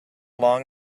long